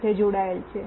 સાથે જોડાયેલ છે